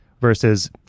versus